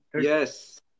Yes